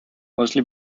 mostly